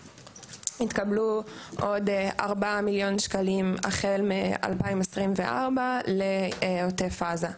התקבלו עוד 4 מיליון שקלים החל מ-2024 לעוטף עזה.